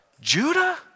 Judah